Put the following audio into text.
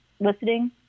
listening